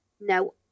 no